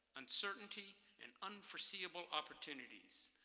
uncertainty, and unforeseeable opportunities.